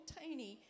tiny